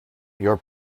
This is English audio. your